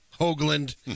Hoagland